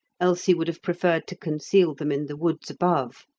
else he would have preferred to conceal them in the woods above.